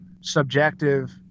subjective